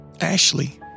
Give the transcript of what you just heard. Ashley